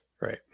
right